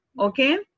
okay